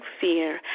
fear